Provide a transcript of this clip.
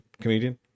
comedian